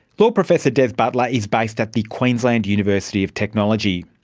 law professor des butler is based at the queensland university of technology.